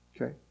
Okay